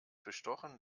bestochen